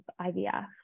IVF